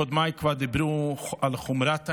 קודמיי כבר דיברו על חומרת העניין,